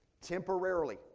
temporarily